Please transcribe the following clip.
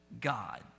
God